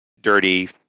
dirty